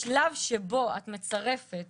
בשלב שבו את מצרפת